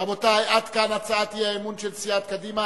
רבותי, עד כאן הצעת אי-האמון של סיעת קדימה.